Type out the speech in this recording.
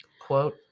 quote